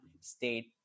state